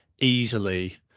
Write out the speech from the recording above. easily